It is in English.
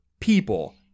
people